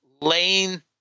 lane